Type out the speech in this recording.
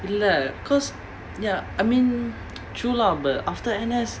ya lah because ya I mean true lah but after N_S